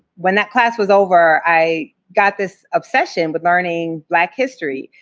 when that class was over, i got this obsession with learning black history.